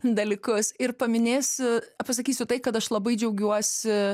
dalykus ir paminėsiu pasakysiu tai kad aš labai džiaugiuosi